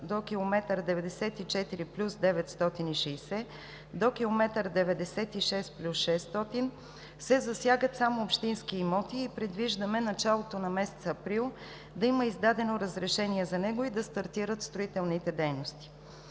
до км 94+960 до км 96+600 се засягат само общински имоти. Предвиждаме в началото на месец април да има издадено разрешение за него и да стартират строителните дейности.